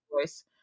voice